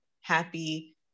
happy